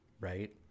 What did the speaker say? right